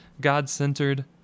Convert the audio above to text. God-centered